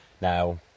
Now